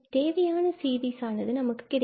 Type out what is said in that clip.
தேவையான சீரிஸ் நமக்கு கிடைக்கிறது